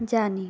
জানি